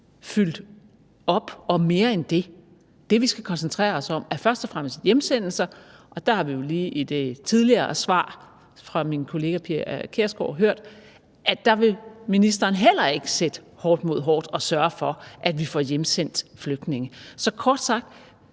fyldt op og mere end det. Det, vi skal koncentrere os om, er først og fremmest hjemsendelser, og der har vi jo lige i det tidligere svar til min kollega Pia Kjærsgaard hørt, at der vil ministeren heller ikke sætte hårdt mod hårdt og sørge for, at vi får hjemsendt flygtninge. Så kort sagt: